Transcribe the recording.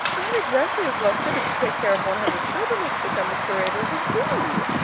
i am exactly as well fitted to take care of one hundred children as to become the curator of a zoo.